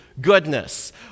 goodness